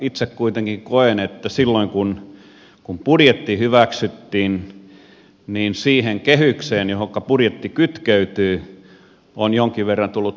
itse kuitenkin koen että silloin kun budjetti hyväksyttiin niin siihen kehykseen johonka budjetti kytkeytyy on jonkin verran tullut takapakkeja